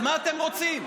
אז מה אתם רוצים?